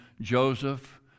Joseph